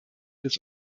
des